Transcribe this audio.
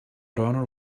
honor